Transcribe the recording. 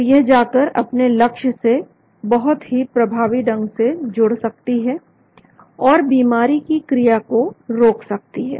तो यह जाकर अपने लक्ष्य से बहुत ही प्रभावी ढंग से जुड़ सकती हैं और बीमारी की क्रिया को रोक सकती हैं